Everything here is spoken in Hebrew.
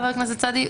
חבר הכנסת סעדי,